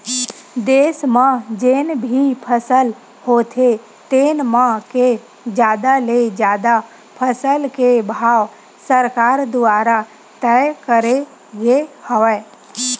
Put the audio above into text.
देस म जेन भी फसल होथे तेन म के जादा ले जादा फसल के भाव सरकार दुवारा तय करे गे हवय